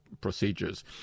procedures